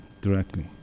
directly